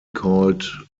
called